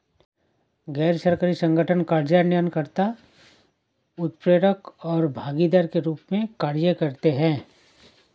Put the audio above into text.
गैर सरकारी संगठन कार्यान्वयन कर्ता, उत्प्रेरक और भागीदार के रूप में कार्य करते हैं